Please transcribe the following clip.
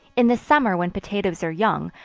in the summer when potatoes are young,